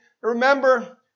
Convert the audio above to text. Remember